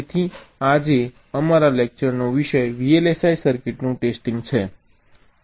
તેથી આજે અમારા લેક્ચરનો વિષય VLSI સર્કિટનું ટેસ્ટિંગ છે